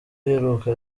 iheruka